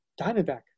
Diamondback